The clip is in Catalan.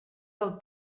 del